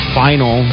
final